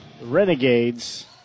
Renegades